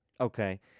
Okay